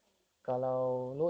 true true true